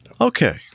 Okay